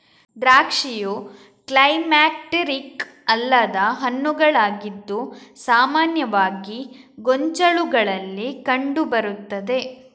ದ್ರಾಕ್ಷಿಯು ಕ್ಲೈಮ್ಯಾಕ್ಟೀರಿಕ್ ಅಲ್ಲದ ಹಣ್ಣುಗಳಾಗಿದ್ದು ಸಾಮಾನ್ಯವಾಗಿ ಗೊಂಚಲುಗಳಲ್ಲಿ ಕಂಡು ಬರುತ್ತದೆ